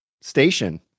station